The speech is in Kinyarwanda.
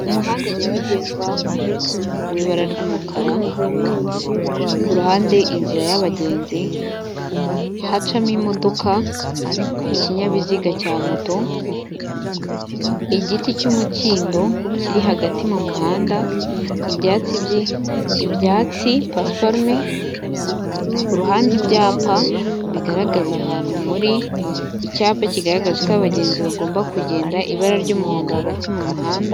Umuhanda nyabagendwa w'ibara ry'umukara ku ruhande inzira y'abagenzi hacamo imodoka, ikinyabiziga cya moto, igiti cy'umukindo kiri hagati, mu muhanda ibyatsi, ibyatsi, pasiparume ku ruhande, ibyapa bigaragaza ahantu muri, icyapa kigaragaza uko abagenzi bagomba kugenda, ibara ry'umuhondo hagati mu muhanda.